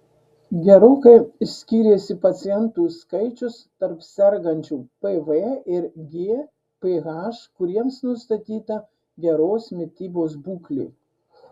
gerokai skyrėsi pacientų skaičius tarp sergančių pv ir gph kuriems nustatyta geros mitybos būklė